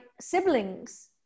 siblings